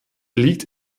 liegt